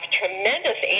tremendous